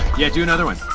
yeah, do another one